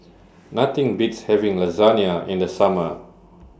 Nothing Beats having Lasagna in The Summer